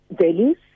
values